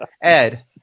Ed